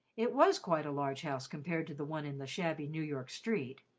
it was quite a large house compared to the one in the shabby new york street,